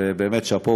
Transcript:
ובאמת שאפו,